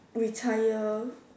retire